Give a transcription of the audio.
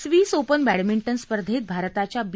Swiss open badminton स्पर्धेत भारताच्या बी